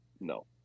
No